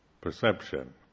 perception